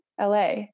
LA